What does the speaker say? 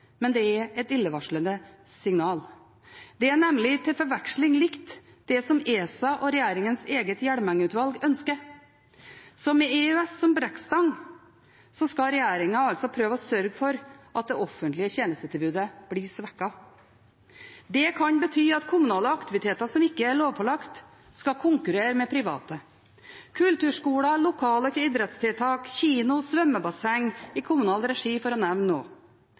men det er et illevarslende signal. Det er nemlig til forveksling likt det som ESA og regjeringens eget Hjelmeng-utvalg ønsker. Med EØS som brekkstang skal altså regjeringen prøve å sørge for at det offentlige tjenestetilbudet blir svekket. Det kan bety at kommunale aktiviteter som ikke er lovpålagt, skal konkurrere med private – kulturskoler, lokaler til idrettstiltak, kino, svømmebasseng i kommunal regi, for å